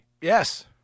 Yes